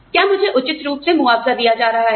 क्या मुझे उचित रूप से मुआवजा दिया जा रहा है